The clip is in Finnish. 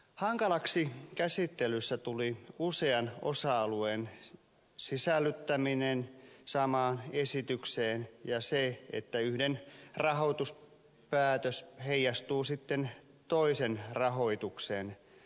hankalaksi käsittelyssä tuli usean osa alueen sisällyttäminen samaan esitykseen ja se että yhden rahoituspäätös heijastuu sitten toisen rahoitukseen